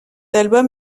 album